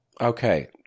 Okay